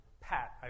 Pat